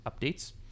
updates